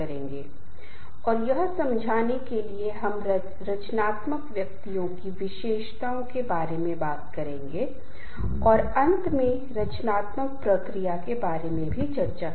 भाग 1 में मैंने समूहों के गठन के चरणों और समूह के गठन की प्रक्रिया के बारे में और समूह गतिकी की मूल परिभाषा के बारे में बहुत कम चर्चा की है